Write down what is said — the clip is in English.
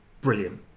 brilliant